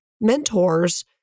mentors